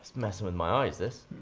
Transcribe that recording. messing with my eyes, this.